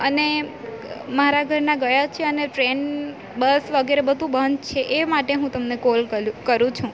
અને મારા ઘરના ગયા છે અને ટ્રેન બસ વગેરે બધું બંધ છે એ માટે હું તમને કોલ કલું કરું છું